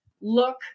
Look